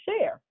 share